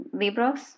libros